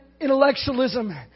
intellectualism